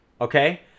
Okay